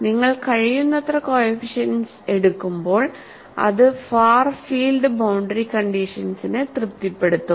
നിങ്ങൾ കഴിയുന്നത്ര കോഎഫിഷ്യന്റ്സ് എടുക്കുമ്പോൾ അത് ഫാർ ഫീൽഡ് ബൌണ്ടറി കണ്ടീഷൻസിനെ തൃപ്തിപ്പെടുത്തും